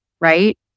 right